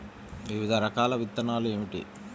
వివిధ రకాల విత్తనాలు ఏమిటి?